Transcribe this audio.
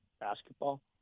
basketball